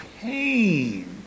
pain